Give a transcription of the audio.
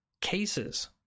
cases